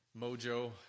mojo